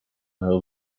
her